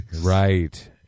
right